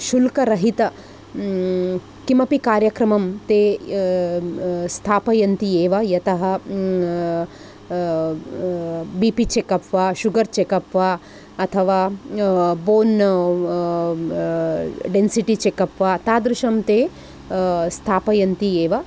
शुल्करहित किमपि कार्यक्रमं ते स्थापयन्ति एव यतः बीपी चेकप् वा शुगर् चेकप् वा अथवा बोन् डेन्सिटी चेकप् वा तादृशं ते स्थापयन्ति एव